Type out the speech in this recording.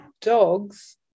dogs